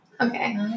Okay